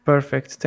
Perfect